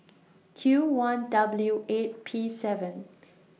Q one W eight P seven